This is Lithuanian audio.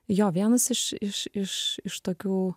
jo vienas iš iš iš iš tokių